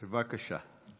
בבקשה.